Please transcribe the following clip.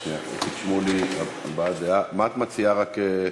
והוצאתי מהם 400-300 מיליארד שקלים,